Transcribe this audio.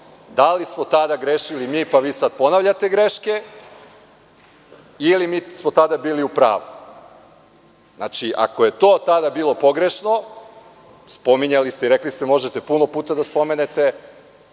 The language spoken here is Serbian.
Da li smo tada grešili mi, pa vi sada ponavljate greške ili smo mi tada bili u pravu? Ako je to tada bilo pogrešno, pominjali ste, rekli ste da možete puno puta da spomenete,